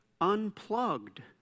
unplugged